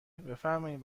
بفرمایید